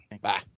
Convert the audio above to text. Bye